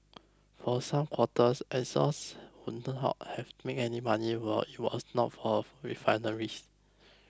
for some quarters Exxons would not have made any money were it was not for refineries